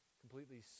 completely